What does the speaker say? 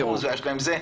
יש להם זה.